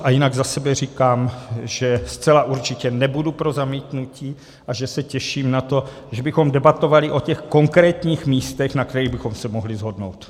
A jinak za sebe říkám, že zcela určitě nebudu pro zamítnutí a že se těším na to, že bychom debatovali o konkrétních místech, na kterých bychom se mohli shodnout.